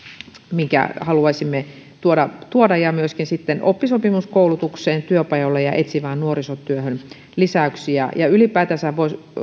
minkä haluaisimme tuoda tuoda ja myöskin sitten oppisopimuskoulutukseen työpajoille ja etsivään nuorisotyöhön lisäyksiä ja ylipäätänsä